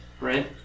right